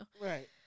Right